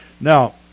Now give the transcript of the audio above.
Now